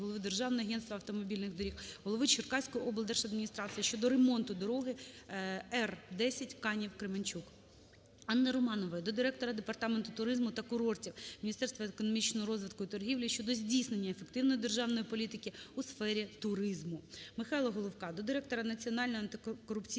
Державного агентства автомобільних доріг, голови Черкаської облдержадміністрації щодо ремонту дороги Р10 "Канів - Кременчук". Анни Романової до директора Департаменту туризму та курортів Міністерства економічного розвитку і торгівлі щодо здійснення ефективної державної політики у сфері туризму. Михайла Головка до директора Національного антикорупційного